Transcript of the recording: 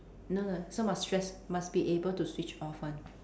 no no so must stress must be able to switch off [one]